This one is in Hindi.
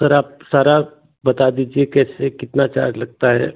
सर आप सारा बता दीजिए कैसे कितना चार्ज लगता है